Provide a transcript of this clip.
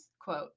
quote